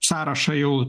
sąrašą jau